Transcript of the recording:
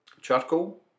charcoal